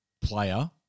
player